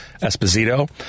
Esposito